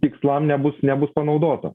tikslam nebus nebus panaudota